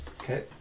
Okay